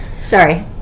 Sorry